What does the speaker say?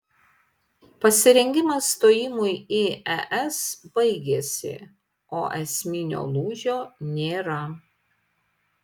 pasirengimas stojimui į es baigėsi o esminio lūžio nėra